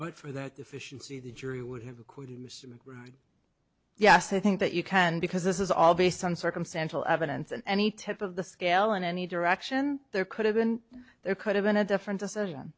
but for that deficiency the jury would have acquitted yes i think that you can because this is all based on circumstantial evidence and any type of the scale in any direction there could have been there could have been a different decision